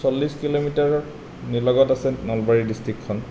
চল্লিছ কিলোমিটাৰৰ নিলগত আছে নলবাৰী ডিষ্ট্ৰিকখন